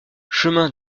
chemin